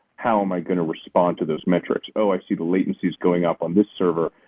how am i going to respond to those metrics oh, i see the latencies going up on the server.